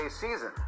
season